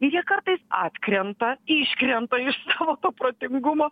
ir jie kartais atkrenta iškrenta iš savo to protingumo